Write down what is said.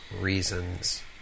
reasons